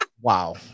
Wow